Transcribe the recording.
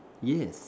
yes